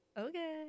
okay